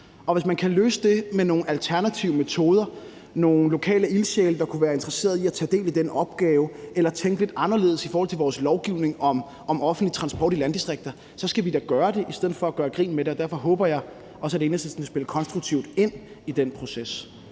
Hvis vi kan løse det med nogle alternative metoder – hvis der f.eks. er nogle lokale ildsjæle, der kunne være interesserede i at tage del i den opgave, eller tænke lidt anderledes i forhold til vores lovgivning om offentlig transport i landdistrikterne – så skal vi da gøre det og ikke gøre grin med det. Derfor håber jeg også, at Enhedslisten vil spille konstruktivt ind i den proces.